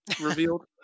revealed